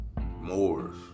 Moors